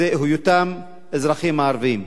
היא היותם אזרחים ערבים.